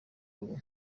ubu